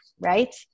right